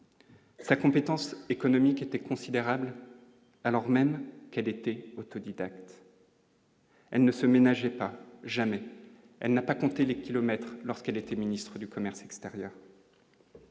Sa compétence économique était considérable, alors même qu'elle était autodidacte. Elle ne se ménageait pas, jamais elle n'a pas compté les kilomètres, lorsqu'elle était ministre du commerce extérieur.